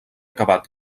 acabat